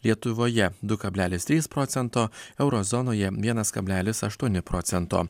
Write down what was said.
lietuvoje du kablelis trys procento euro zonoje vienas kablelis aštuoni procento